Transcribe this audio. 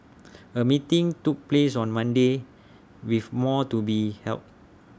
A meeting took place on Monday with more to be held